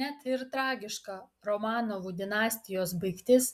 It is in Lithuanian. net ir tragiška romanovų dinastijos baigtis